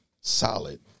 solid